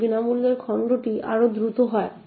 বিশেষ বিনামূল্যে খণ্ড আরো দ্রুত হয়